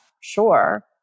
sure